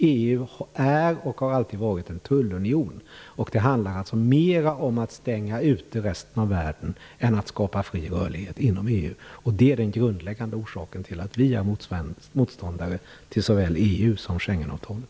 EU är och har alltid varit en tullunion. Det handlar alltså mera om att stänga ute resten av världen än om att skapa fri rörlighet inom EU. Det är den grundläggande orsaken till att vi är motståndare till såväl EU som Schengenavtalet.